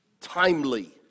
timely